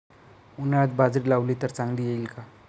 उन्हाळ्यात बाजरी लावली तर चांगली येईल का?